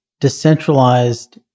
decentralized